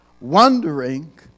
wondering